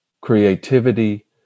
creativity